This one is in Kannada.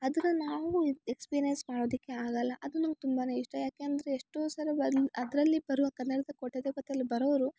ಅದನ್ನ ನಾವು ಎಕ್ಸ್ಪೀರಿಯನ್ಸ್ ಮಾಡೋದಕ್ಕೆ ಆಗೋಲ್ಲ ಅದು ನಂಗೆ ತುಂಬಾ ಇಷ್ಟ ಯಾಕೆಂದ್ರೆ ಎಷ್ಟೋ ಸಲ ಬಂದು ಅದರಲ್ಲಿ ಬರುವ ಕನ್ನಡದ ಕೋಟ್ಯಾಧಿಪತಿಯಲ್ಲಿ ಬರೋರು